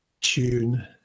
tune